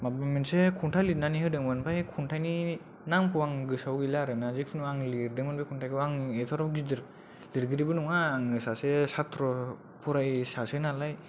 माबा मोनसे खन्थाइ लिरनानै होदोंमोन ओमफ्राय खन्थाइनि नामखौ आं गोसोयाव गैला आरो ना जिकुनु आं लिरदोंमोन बे खन्थाइखौ आं एथ'ग्राब गिदिर लिरगिरिबो नङा सासे सात्र फरायसासोनालाय